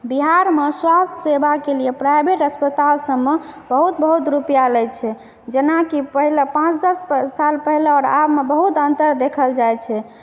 बिहारमे स्वास्थ्य सेवाके लिए प्राइवेट अस्पताल सबमे बहुत बहुत रुपआ लै छै जेनाकि पहिल पांँच दश साल पहिले और आबमे बहुत अन्तर देखल जाइ छै